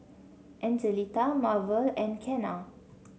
Angelita Marvel and Kenna